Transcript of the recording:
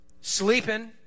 sleeping